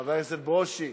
חבר הכנסת ברושי,